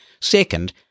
Second